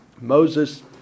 Moses